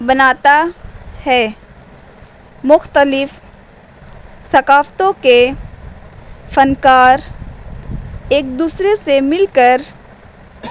بناتا ہے مختلف ثقافتوں کے فنکار ایک دوسرے سے مل کر